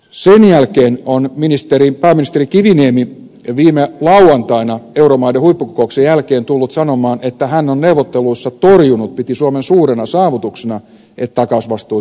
sen jälkeen on pääministeri kiviniemi viime lauantaina euromaiden huippukokouksen jälkeen tullut sanomaan että hän on neuvotteluissa torjunut takausvastuiden kasvattamisen piti suomen suurena saavutuksena että niitä ei tulla kasvattamaan